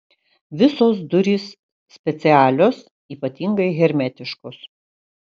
visos durys specialios ypatingai hermetiškos